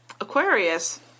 Aquarius